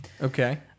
Okay